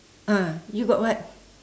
ah you got what